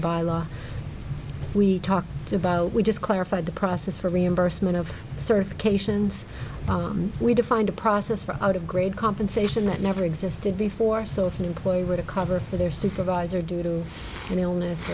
by law we talked about we just clarified the process for reimbursement of certifications we defined a process for out of grade compensation that never existed before so if an employee were to cover for their supervisor due to an illness